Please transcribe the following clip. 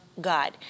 God